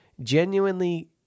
genuinely